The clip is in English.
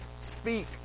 speak